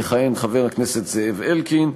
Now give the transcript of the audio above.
יכהן חבר הכנסת זאב אלקין,